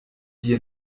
die